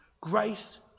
grace